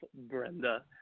Brenda